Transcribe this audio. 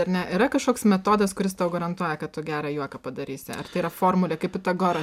ar ne yra kažkoks metodas kuris tau garantuoja kad tu gerą juoką padarysi ar tai yra formulė kaip pitagoro